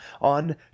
on